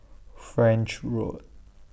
French Road